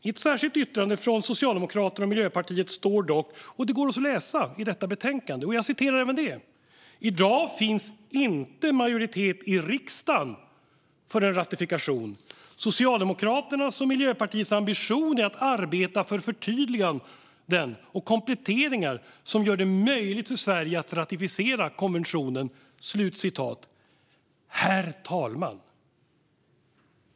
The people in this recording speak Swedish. I ett särskilt yttrande från Socialdemokraterna och Miljöpartiet står dock, och det går också att läsa i detta betänkande: "I dag finns inte majoritet i riksdagen för en ratifikation. Socialdemokraternas och Miljöpartiets ambition är att arbeta för förtydliganden och kompletteringar som gör det möjligt för Sverige att ratificera konventionen". Herr talman!